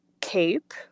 cape